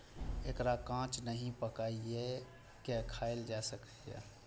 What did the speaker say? एकरा कांच नहि, पकाइये के खायल जा सकैए